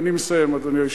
אני מסיים, אדוני היושב-ראש.